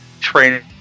training